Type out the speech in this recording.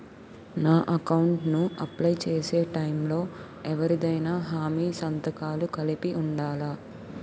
నా అకౌంట్ ను అప్లై చేసి టైం లో ఎవరిదైనా హామీ సంతకాలు కలిపి ఉండలా?